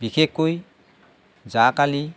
বিশেষকৈ জাৰকালি